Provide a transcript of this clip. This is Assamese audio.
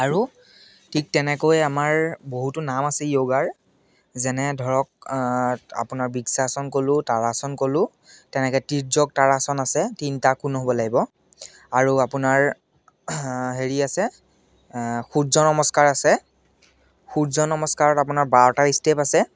আৰু ঠিক তেনেকৈ আমাৰ বহুতো নাম আছে যোগাৰ যেনে ধৰক আপোনাৰ বৃক্ষাসন ক'লোঁ তাৰাসন ক'লোঁ তেনেকৈ তীৰ্যক তাৰাসন আছে তিনিটা কোণ হ'ব লাগিব আৰু আপোনাৰ হেৰি আছে সূৰ্য নমস্কাৰ আছে সূৰ্য নমস্কাৰত আপোনাৰ বাৰটা ষ্টেপ আছে